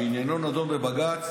שעניינו נדון בבג"ץ